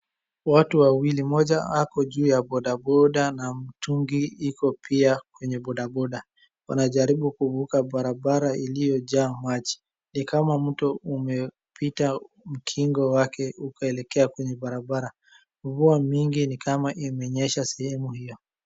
Watu wawili, mmoja ako juu ya boda boda na mtungi iko pia kwenye boda boda. Wanajaribu kuvuka barabara iliojaa maji ni kama mto umepita mkingo wake huku ikielekea kwenye barabara. Mvua nyingi ni kama imenyesha sehemu hiyo.